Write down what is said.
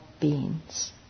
beings